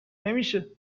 نمیشه